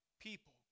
people